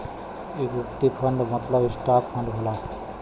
equity fund मतलब stock fund होला